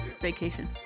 vacation